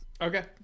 Okay